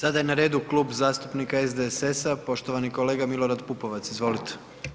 Sada je na redu Klub zastupnika SDSS-a poštovani kolega Milorad Pupovac, izvolite.